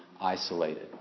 isolated